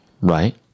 right